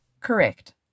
Correct